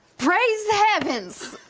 praise the heavens.